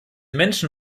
menschen